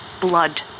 blood